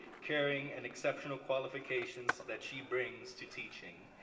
caring, and exceptional qualifications that she brings to teaching.